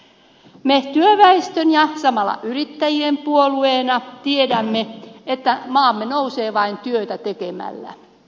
me työväestön ja samalla yrittäjien puolueena tiedämme että maamme nousee vain työtä tekemällä